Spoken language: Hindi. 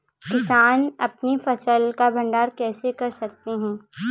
किसान अपनी फसल का भंडारण कैसे कर सकते हैं?